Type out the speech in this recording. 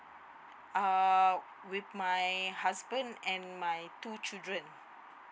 uh with my husband and my two children